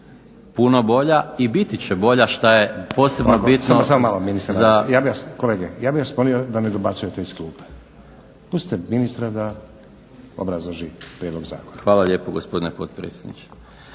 puno bolja i biti će bolja šta je posebno bitno za… …/Upadica Stazić: Samo malo ministre. Kolege, ja bih vas molio da ne dobacujete iz klupe. Pustite ministra da obrazloži prijedlog zakona./… Hvala lijepo gospodine potpredsjedniče.